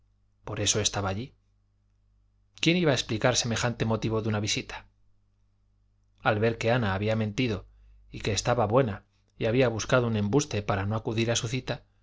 por eso estaba allí quién iba a explicar semejante motivo de una visita al ver que ana había mentido que estaba buena y había buscado un embuste para no acudir a su cita